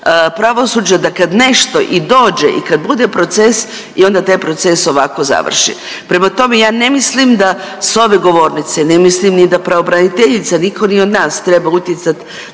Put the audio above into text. pravosuđa da kad nešto i dođe i kad bude proces i onda taj proces ovako završi. Prema tome, ja ne mislim da sa ove govornice, ne mislim ni da pravobraniteljica, nitko ni od nas trebao utjecati